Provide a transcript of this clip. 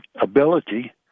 ability